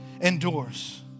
endures